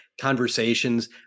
conversations